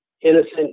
innocent